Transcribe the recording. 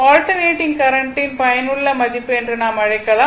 alternating current ன் பயனுள்ள மதிப்பு என்று நாம் அழைக்கலாம்